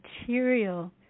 material